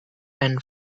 and